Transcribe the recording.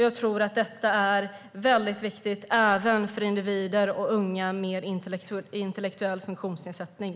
Jag tror att detta är väldigt viktigt även för individer och unga med intellektuell funktionsnedsättning.